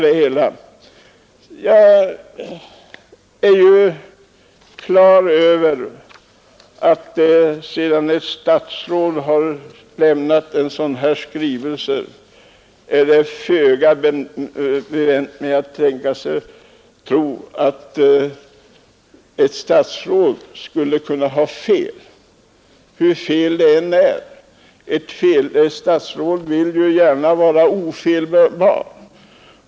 Jag är på det klara med att sedan ett statsråd har lämnat en sådan här skrivelse är det föga lönt att vänta sig att han skall erkänna att han har fel, hur fel han än har. Ett statsråd vill ju gärna vara ofelbar.